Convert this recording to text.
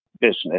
business